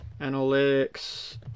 analytics